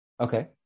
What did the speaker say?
okay